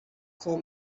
call